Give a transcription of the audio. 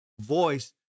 voice